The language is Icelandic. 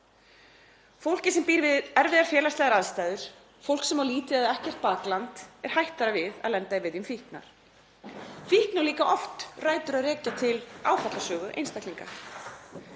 Fólki sem býr við erfiðar félagslegar aðstæður, fólki sem hefur lítið eða ekkert bakland er hættara við að lenda í viðjum fíknar. Fíkni á líka oft rætur að rekja til áfallasögu einstaklinga.